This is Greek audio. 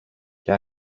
και